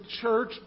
church